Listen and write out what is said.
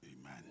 Amen